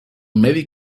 medi